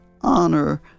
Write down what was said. honor